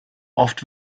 oft